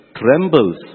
trembles